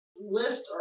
lift